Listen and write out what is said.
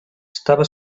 estava